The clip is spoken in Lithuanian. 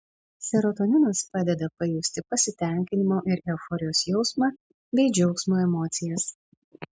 serotoninas padeda pajusti pasitenkinimo ir euforijos jausmą bei džiaugsmo emocijas